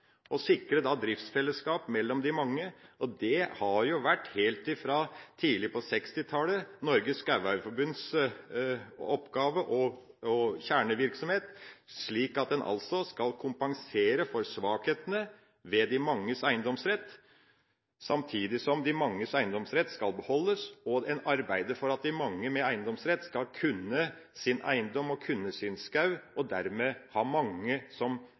mellom de mange. Det har helt fra tidlig på 1960-tallet vært Norges Skogeierforbunds oppgave og kjernevirksomhet, slik at en skal kompensere for svakhetene ved de manges eiendomsrett, samtidig som de manges eiendomsrett skal beholdes og en arbeider for at de mange med eiendomsrett skal kunne sin eiendom og kunne sin skog, og dermed ha mange som